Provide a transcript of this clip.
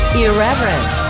irreverent